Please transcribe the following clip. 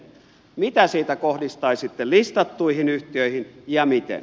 mitä siitä kohdistaisitte listattuihin yhtiöihin ja miten